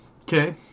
Okay